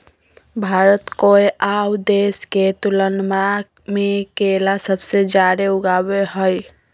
भारत कोय आउ देश के तुलनबा में केला सबसे जाड़े उगाबो हइ